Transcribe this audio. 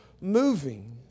moving